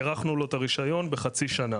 הארכנו לו את הרישיון בעוד חצי שנה